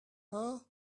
her